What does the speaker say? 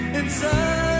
inside